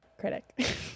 critic